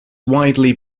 widely